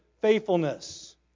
faithfulness